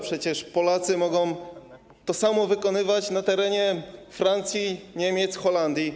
Przecież Polacy mogą to samo wykonywać na terenie Francji, Niemiec, Holandii.